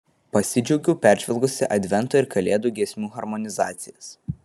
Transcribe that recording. pasidžiaugiau peržvelgusi advento ir kalėdų giesmių harmonizacijas